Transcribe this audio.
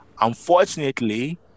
Unfortunately